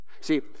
See